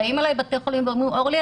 באים אליי בתי חולים ואומרים: אורלי,